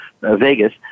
Vegas